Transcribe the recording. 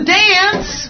dance